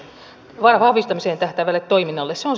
se on se lähtökohta